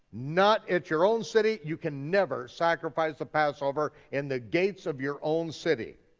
not at your own city, you can never sacrifice the passover in the gates of your own city.